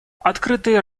открытые